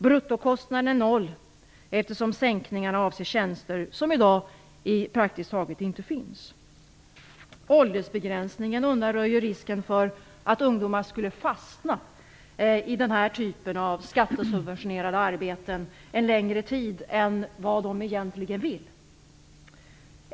Bruttokostnaden är noll, eftersom sänkningarna avser tjänster som i dag praktiskt taget inte finns. Åldersbegränsningen undanröjer risken för att ungdomar skulle fastna i den här typen av skattesubventionerade arbeten för en längre tid än vad de egentligen vill.